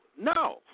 No